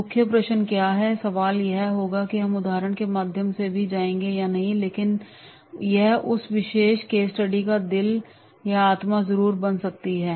मुख्य प्रश्न क्या है और सवाल यह होगा कि हम उदाहरण के माध्यम से भी जाएंगे या नहीं लेकिन यह उस विशेष केस स्टडी का दिल या आत्मा जरूर बन सकती है